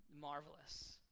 marvelous